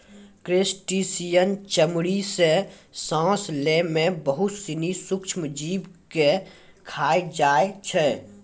crustacean चमड़ी सें सांस लै में बहुत सिनी सूक्ष्म जीव के खाय जाय छै